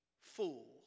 fool